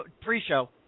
pre-show